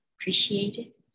Appreciated